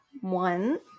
One